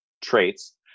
traits